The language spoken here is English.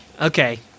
Okay